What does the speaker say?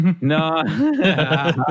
No